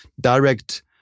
direct